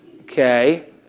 okay